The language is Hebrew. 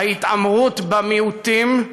ההתעמרות במיעוטים,